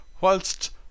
whilst